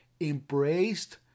embraced